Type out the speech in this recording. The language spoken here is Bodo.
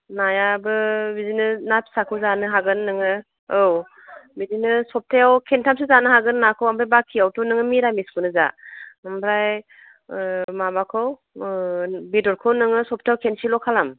नायाबो बिदिनो ना फिसाखौ जानो हागोन नोङो औ बिदिनो सप्तायाव खेनथामसो जानो हागोन नाखौ ओमफ्राय बाखियावथ' नोङो मिरामिसखौनो जा ओमफ्राय माबाखौ बेदरखौ नोङो सप्तायाव खेनसेल' खालाम